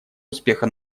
успеха